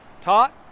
taught